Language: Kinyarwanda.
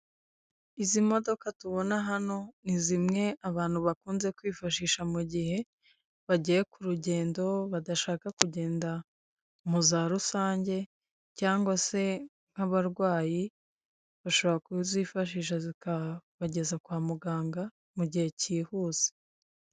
Izi modoka tubona hano, ni zimwe abantu bakunze kwifashisha mu gihe bagiye ku rugendo, badashaka kugenda mu za rusange, cyangwa se nk'abarwayi bashobora kuzifashisha zikabageza kwa muganga mu gihe cyihuse.